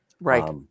right